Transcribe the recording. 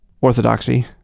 orthodoxy